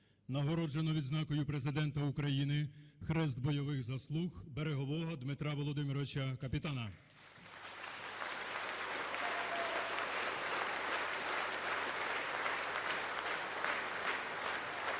нагороджено відзнакою Президента України "Хрест бойових заслуг": Берегового Дмитра Володимировича – капітана